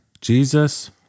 Jesus